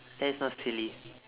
that's not silly